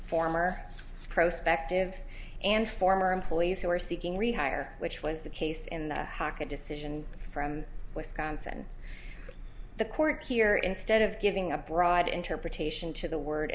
former prospect of and former employees who are seeking rehire which was the case in the pocket decision from wisconsin the court here instead of giving a broad interpretation to the word